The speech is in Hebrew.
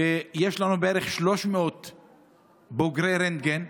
ויש לנו בערך 300 בוגרי רנטגן,